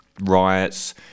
riots